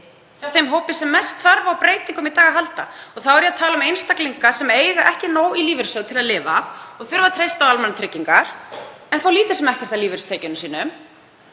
hjá þeim hópi sem mest þarf á breytingum að halda í dag, og þá er ég að tala um einstaklinga sem ekki eiga nóg í lífeyrissjóði til að lifa af og þurfa að treysta á almannatryggingar en fá lítið sem ekkert af lífeyristekjum sínum,